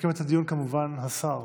יסכם את הדיון, כמובן, השר